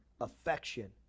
Affection